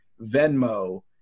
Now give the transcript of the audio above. Venmo